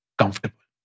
comfortable